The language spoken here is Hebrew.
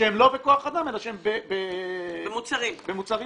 שהם לא בכוח אדם אלא שהם במוצרים ממש.